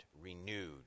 renewed